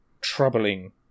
troubling